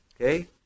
Okay